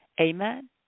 Amen